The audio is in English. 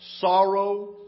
sorrow